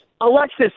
Alexis